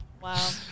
Wow